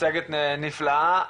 מצגת נפלאה.